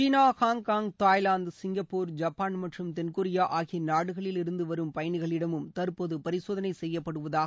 சீனா Hong Kong Thailand Singapore Japan மற்றும் தென்கொரியா ஆகிய நாடுகளில் இருந்து வரும் பயணிகளிடம் தற்போது பரிசோதனை செய்யப்படுகிறது